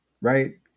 right